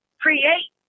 create